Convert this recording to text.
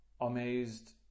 amazed